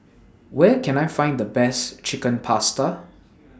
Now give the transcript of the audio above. Where Can I Find The Best Chicken Pasta